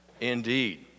Indeed